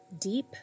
Deep